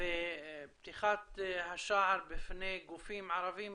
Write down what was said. ופתיחת השער בפני גופים ערביים